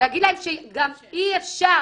להגיד להם שגם אי אפשר.